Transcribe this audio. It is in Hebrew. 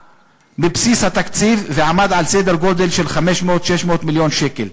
מבסיס התקציב ועמד על סדר גודל של 500 600 מיליון ש"ח,